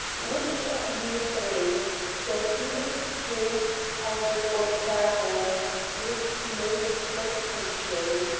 which of you three sir hubert fitzjames, talbot, or fairholme looks most like a frenchman?